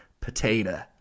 potato